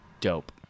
dope